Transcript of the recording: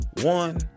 One